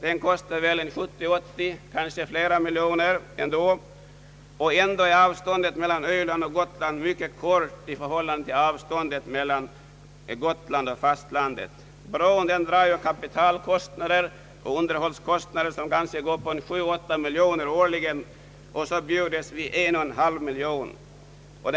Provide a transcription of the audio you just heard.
Den kostar väl 70—380 miljoner kronor, kanske mer, och ändå är avståndet mellan Öland och fastlandet mycket kort i förhållande till avståndet mellan Gotland och fastlandet. Bron drar kapitalkostnader och underhållskostnader, vilka kanske går upp till 7—8 miljoner kronor årligen, och då bjudes vi på Gotland 1,5 miljoner kronor.